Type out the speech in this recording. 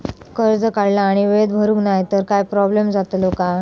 कर्ज काढला आणि वेळेत भरुक नाय तर काय प्रोब्लेम जातलो काय?